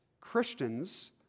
Christians